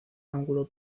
ángulo